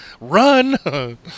run